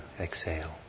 exhale